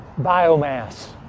biomass